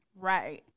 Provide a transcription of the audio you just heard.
Right